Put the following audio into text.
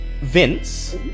Vince